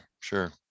sure